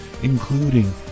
Including